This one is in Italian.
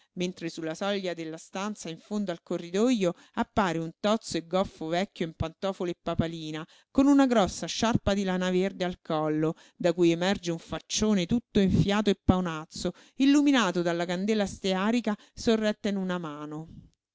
mentre sulla soglia della stanza in fondo al corridojo appare un tozzo e goffo vecchio in pantofole e papalina con una grossa sciarpa di lana verde al collo da cui emerge un faccione tutto enfiato e paonazzo illuminato dalla candela stearica sorretta in una mano